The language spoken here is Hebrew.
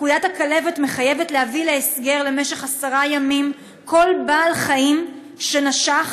פקודת הכלבת מחייבת להביא להסגר למשך עשרה ימים כל בעל חיים שנשך,